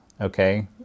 okay